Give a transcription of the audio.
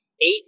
eight